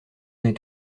est